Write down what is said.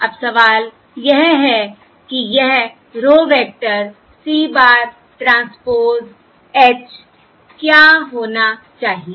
अब सवाल यह है कि यह row vector C bar transpose H क्या होना चाहिए